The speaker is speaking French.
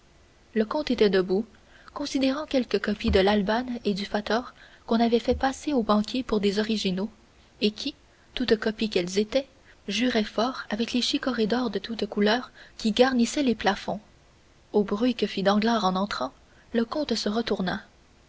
le comte était debout considérant quelques copies de l'albane et du fattore qu'on avait fait passer au banquier pour des originaux et qui toutes copies qu'elles étaient juraient fort avec les chicorées d'or de toutes couleurs qui garnissaient les plafonds au bruit que fit danglars en entrant le comte se retourna